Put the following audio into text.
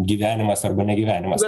gyvenimas arba ne gyvenimas